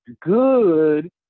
good